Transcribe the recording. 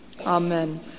Amen